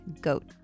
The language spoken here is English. goat